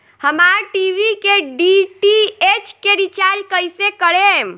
हमार टी.वी के डी.टी.एच के रीचार्ज कईसे करेम?